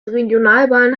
regionalbahn